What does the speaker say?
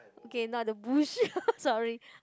K now the bush sorry